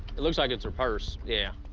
it looks like it's her purse. yeah.